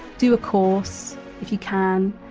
do a course if you can,